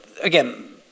again